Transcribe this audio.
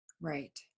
Right